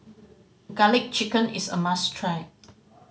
Garlic Chicken is a must try